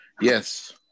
Yes